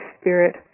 spirit